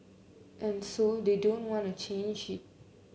and so they don't want to change it